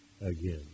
again